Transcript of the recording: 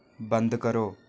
बंद करो